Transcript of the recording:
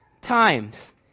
times